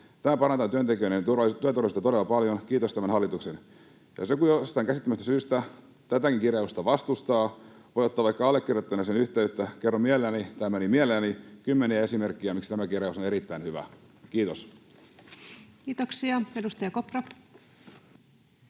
Tämä parantaa työntekijöiden työturvallisuutta todella paljon, kiitos tämän hallituksen. Jos joku jostain käsittämättömästä syystä tätäkin kirjausta vastustaa, voi ottaa vaikka allekirjoittaneeseen yhteyttä. Kerron mielelläni — tai en niin mielelläni — kymmeniä esimerkkejä siitä, miksi tämä kirjaus on erittäin hyvä. — Kiitos. [Speech 164]